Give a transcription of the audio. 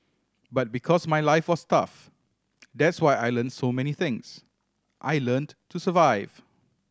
but because my life was tough that's why I learnt so many things I learnt to survive